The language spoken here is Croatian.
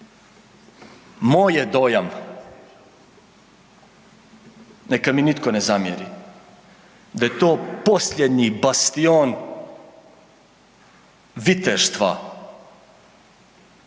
je dojam, neka mi nitko ne zamjeri, da je to posljednji bastion viteštva,